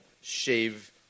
shave